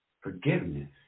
forgiveness